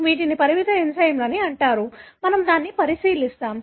వీటిని పరిమితి ఎంజైమ్లు అంటారు మనము దానిని పరిశీలిస్తాము